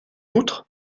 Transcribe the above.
outre